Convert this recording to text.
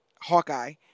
Hawkeye